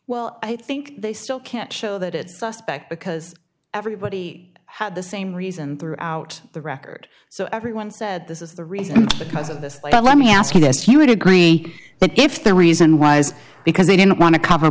well i think they still can't show that it's suspect because everybody had the same reason throughout the record so everyone said this is the reason because of this but let me ask you this you would agree that if the reason was because they didn't want to cover